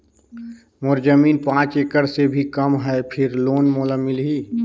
मोर जमीन पांच एकड़ से भी कम है फिर लोन मोला मिलही?